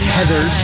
Heather